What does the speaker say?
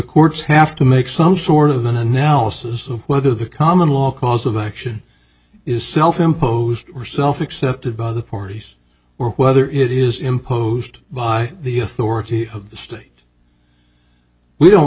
courts have to make some sort of an analysis of whether the common law cause of action is self imposed or self accepted by the parties or whether it is imposed by the authority of the state we don't